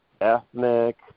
ethnic